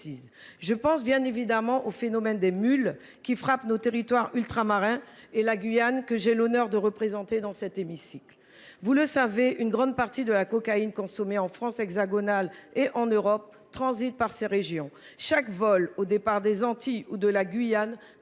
je pense bien évidemment au phénomène des mules, qui frappe nos territoires ultramarins, notamment la Guyane, que j’ai l’honneur de représenter dans cet hémicycle. Vous le savez, une grande partie de la cocaïne consommée en France hexagonale et en Europe transite par ces régions. Chaque vol au départ des Antilles ou de la Guyane